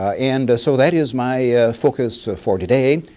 and so that is my focus for today,